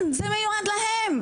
כן, זה מיועד להם.